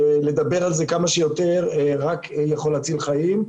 ולדבר על זה כמה שיותר רק יכול להציל חיים.